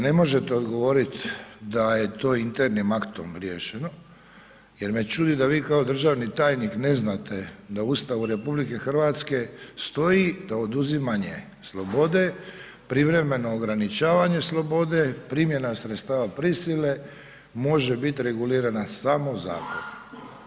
Ne možete odgovorit da je to internim aktom riješeno jer me čudi da vi kao državni tajnik ne znate da u Ustavu RH stoji da oduzimanje slobode, privremeno ograničavanje slobode, primjena sredstava prisile može biti regulirana samo zakonom.